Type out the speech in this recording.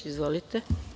Izvolite.